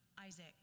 Isaac